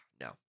No